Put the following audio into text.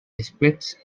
expects